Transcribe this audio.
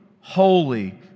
holy